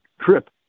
trip